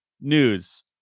news